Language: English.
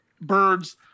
birds